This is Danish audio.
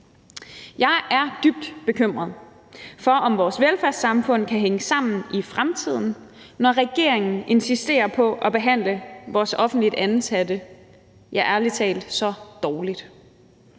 Jeg er dybt bekymret for, om vores velfærdssamfund kan hænge sammen i fremtiden, når regeringen insisterer på at behandle vores offentligt ansatte, ja ærlig talt så dårligt.